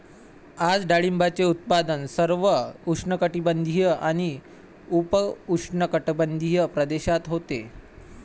आज डाळिंबाचे उत्पादन सर्व उष्णकटिबंधीय आणि उपउष्णकटिबंधीय प्रदेशात होते